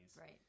right